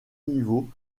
niveau